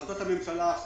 החלטת הממשלה על